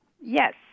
Yes